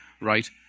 right